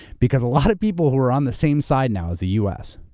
because a lot of people who are on the same side now, as the us,